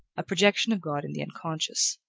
a projection of god in the unconscious.